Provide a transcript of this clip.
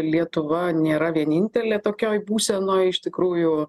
lietuva nėra vienintelė tokioj būsenoj iš tikrųjų